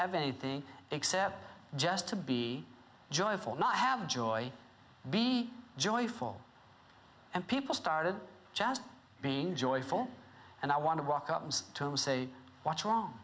have anything except just to be joyful not have joy be joyful and people started just being joyful and i want to walk up and say what's wrong